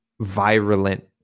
virulent